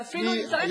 ואפילו אם צריך,